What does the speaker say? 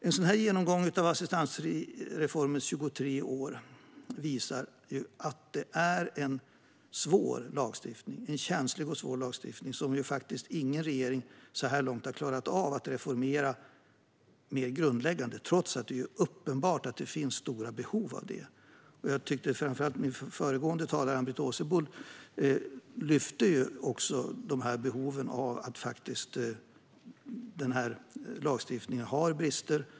En sådan här genomgång av assistansreformens 23 år visar alltså att det är en känslig och svår lagstiftning som ingen regering så här långt har klarat av att reformera mer grundläggande, trots att det är uppenbart att det finns stora behov av det. Jag tyckte att framför allt föregående talare, Ann-Britt Åsebol, lyfte upp att lagstiftningen har brister.